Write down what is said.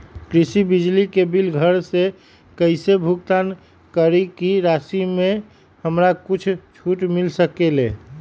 कृषि बिजली के बिल घर से कईसे भुगतान करी की राशि मे हमरा कुछ छूट मिल सकेले?